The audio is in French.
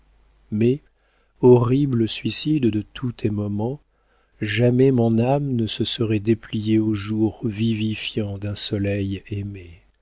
mais horrible suicide de tous les moments jamais mon âme ne se serait dépliée au jour vivifiant d'un soleil aimé